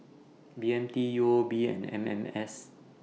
B M T U O B and M M S